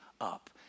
up